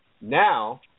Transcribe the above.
Now